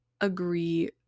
agree